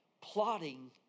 plotting